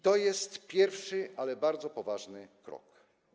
To jest pierwszy, ale bardzo poważny krok.